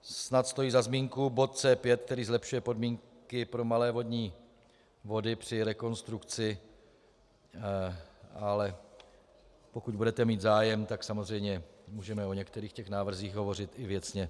Snad stojí za zmínku bod C5, který zlepšuje podmínky pro malé vodní toky při rekonstrukci, ale pokud budete mít zájem, tak samozřejmě můžeme o některých těchto návrzích hovořit i věcně.